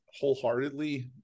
wholeheartedly